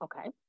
Okay